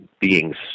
beings